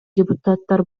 депутаттар